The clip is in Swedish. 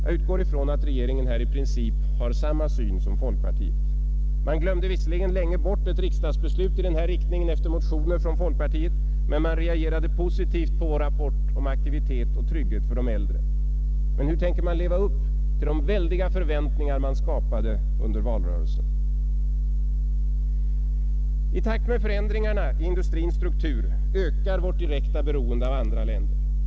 Jag utgår ifrån att regeringen här i princip har samma syn som folkpartiet. Man glömde visserligen länge bort ett riksdagsbeslut i denna riktning efter motioner från folkpartiet, men man reagerade positivt på vår rapport om aktivitet och trygghet för de äldre. Men hur tänker man leva upp till de väldiga förväntningar man skapade under valrörelsen? I takt med förändringarna i industrins struktur ökar vårt direkta beroende av andra länder.